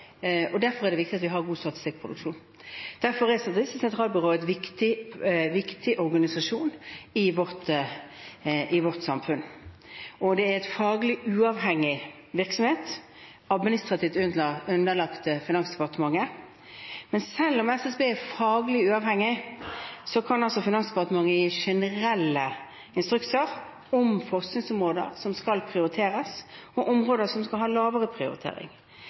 Derfor er det viktig at vi har god statistikkproduksjon. Derfor er Statistisk sentralbyrå en viktig organisasjon i vårt samfunn. Det er en faglig uavhengig virksomhet, administrativt underlagt Finansdepartementet. Men selv om SSB er faglig uavhengig, kan Finansdepartementet gi generelle instrukser om forskningsområder som skal prioriteres, og om områder som skal ha lavere prioritering.